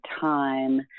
time